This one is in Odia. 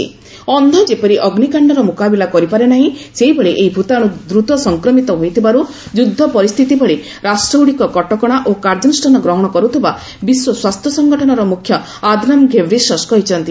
ଦୂଷ୍ଟିଶକ୍ତିହୀନ ଯେପରି ଅଗ୍ନିକାଣ୍ଡର ମୁକାବିଲା କରିପାରେ ନାହିଁ ସେହିଭଳି ଏହି ଭୂତାଣୁ ଦ୍ରୁତ ସଂକ୍ରମିତ ହୋଇଥିବାରୁ ଯୁଦ୍ଧ ପରିସ୍ଥିତି ଭଳି ରାଷ୍ଟ୍ରଗୁଡ଼ିକ କଟକଣା ଓ କାର୍ଯ୍ୟାନୁଷ୍ଠାନ ଗ୍ରହଣ କରୁଥିବା ବିଶ୍ୱ ସ୍ୱାସ୍ଥ୍ୟ ସଂଗଠନର ମୁଖ୍ୟ ଆଧାନମ ଘେବ୍ରିସସ୍ କହିଛନ୍ତି